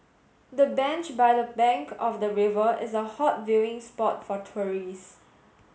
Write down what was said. the bench by the bank of the river is a hot viewing spot for tourists